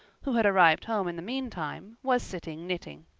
who had arrived home in the meantime, was sitting knitting.